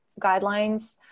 guidelines